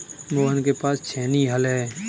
मोहन के पास छेनी हल है